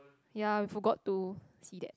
ya forgot to see that